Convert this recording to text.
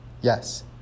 Yes